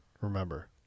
Remember